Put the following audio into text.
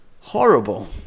Horrible